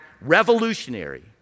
revolutionary